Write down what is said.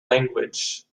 language